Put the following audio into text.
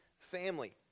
family